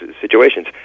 situations